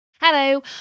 Hello